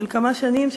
של כמה שנים,